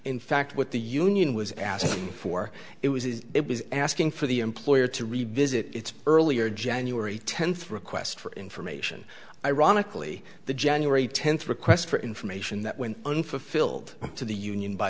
in fact what the union was asking for it was is it was asking for the employer to revisit its earlier january tenth request for information ironically the january tenth request for information that went unfulfilled to the union by